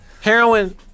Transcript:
heroin